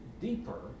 deeper